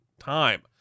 time